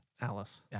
Alice